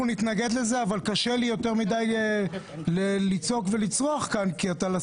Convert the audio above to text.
נתנגד לזה כמובן אבל קשה לי לצעוק יותר מדיי ולצרוח כאן,